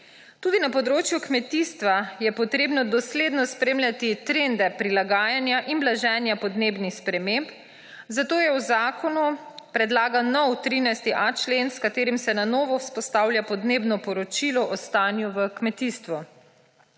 Tudi na področju kmetijstva je potrebno dosledno spremljati trende prilagajanja in blaženja podnebnih sprememb, zato je v zakonu predlagan nov 13.a člen, s katerim se na novo vzpostavlja podnebno poročilo o stanju v kmetijstvu.